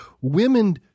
Women